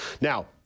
Now